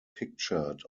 pictured